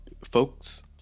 Folks